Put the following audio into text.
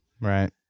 Right